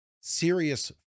serious